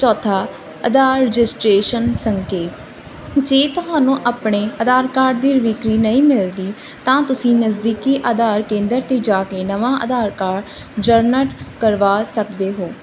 ਚੌਥਾ ਆਧਾਰ ਰਜਿਸਟਰੇਸ਼ਨ ਸੰਕੇ ਜੇ ਤੁਹਾਨੂੰ ਆਪਣੇ ਆਧਾਰ ਕਾਰਡ ਦੀ ਰਿਕਵਰੀ ਨਹੀਂ ਮਿਲਦੀ ਤਾਂ ਤੁਸੀਂ ਨਜ਼ਦੀਕੀ ਆਧਾਰ ਕੇਂਦਰ 'ਤੇ ਜਾ ਕੇ ਨਵਾਂ ਆਧਾਰ ਕਾਰਡ ਜਨਰੇਟ ਕਰਵਾ ਸਕਦੇ ਹੋ